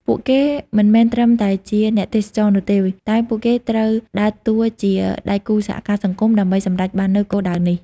ពួកគេមិនមែនត្រឹមតែជាអ្នកទេសចរនោះទេ តែពួកគេត្រូវដើរតួជាដៃគូសហការសកម្មដើម្បីសម្រេចបាននូវគោលដៅនេះ។